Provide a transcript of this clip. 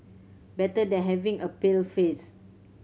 better than having a pale face